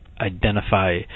identify